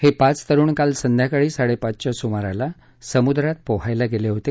हे पाच तरूण काल संध्याकाळी साडेपाचच्या सुमाराला समुद्रात पोहायला गेले होते